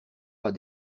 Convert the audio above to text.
pas